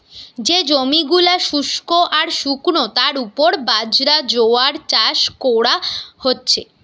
যে জমি গুলা শুস্ক আর শুকনো তার উপর বাজরা, জোয়ার চাষ কোরা হচ্ছে